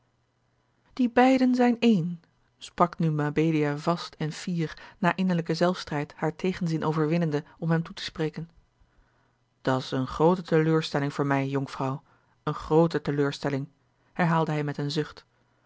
die beiden zijn één sprak nu mabelia vast en fier na innerlijken zelfstrijd haar tegenzin overwinnende om hem toe te spreken dat's eene groote teleurstelling voor mij jonkvrouw eene groote teleurstelling herhaalde hij met een zucht